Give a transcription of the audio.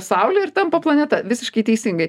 saulę ir tampa planeta visiškai teisingai